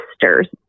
sister's